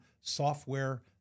software